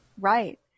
Right